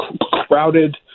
crowded